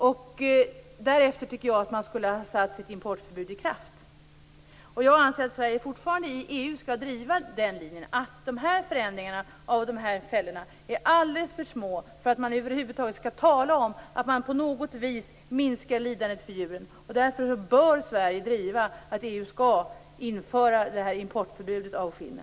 Först därefter tycker jag att man skulle ha satt sitt importförbud i kraft. Jag anser att Sverige i EU fortsatt skall driva linjen att förändringarna av de här fällorna är alldeles för små för att man över huvud taget skall kunna tala om att djurens lidande minskar. Därför bör Sverige driva frågan om att EU skall införa nämnda importförbud för skinn.